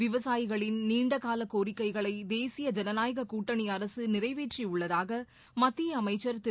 விவசாயிகளின் நீண்டகால கோரிக்கைகளை தேசிய ஜனநாயக கூட்டணி அரசு நிறைவேற்றி உள்ளதாக மத்திய அமைச்சர் திரு